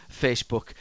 Facebook